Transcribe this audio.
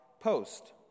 post